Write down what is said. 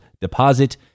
deposit